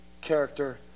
character